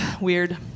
weird